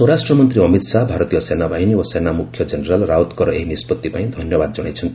ସ୍ୱରାଷ୍ଟ୍ର ମନ୍ତ୍ରୀ ଅମିତ ଶାହା ଭାରତୀୟ ସେନା ବାହିନୀ ଓ ସେନା ମୁଖ୍ୟ ଜେନେରାଲ ରାଓ୍ପତଙ୍କର ଏହି ନିଷ୍କଭି ପାଇଁ ଧନ୍ୟବାଦ ଜଣାଇଛନ୍ତି